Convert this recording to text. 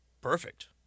perfect